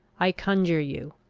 i conjure you,